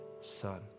Son